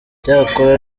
cyakora